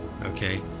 okay